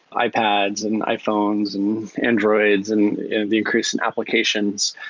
ah ipads and iphones and android and the increase in applications,